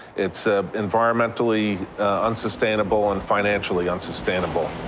it's ah environmentally unsustainable and financially unsustainable.